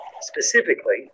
Specifically